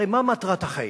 הרי מה מטרת החיים?